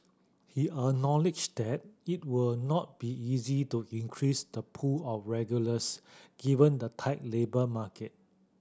he acknowledged that it will not be easy to increase the pool of regulars given the tight labour market